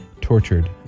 tortured